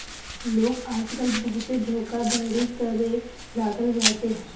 लोग आजकल बहुते धोखाधड़ी करे लागल बाटे